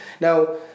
Now